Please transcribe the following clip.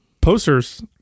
posters